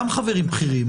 ונבדוק את